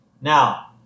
Now